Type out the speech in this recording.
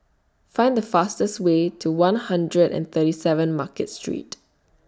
Find The fastest Way to one hundred and thirty seven Market Street